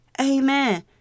Amen